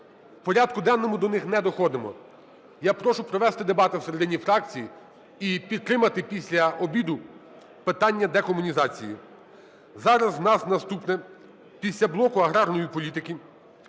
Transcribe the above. порядку денному до них не доходимо. Я прошу провести дебати всередині фракцій і підтримати після обіду питання декомунізації. Зараз в нас наступне. Після блоку аграрної політики